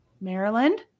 Maryland